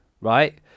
right